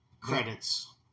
Credits